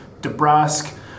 DeBrusque